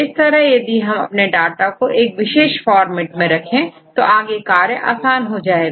इस तरह यदि हम अपने डाटा को किसी विशेष फॉर्मेट में रखें तो आगे कार्य आसान हो जाएगा